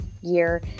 year